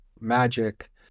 magic